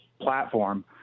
platform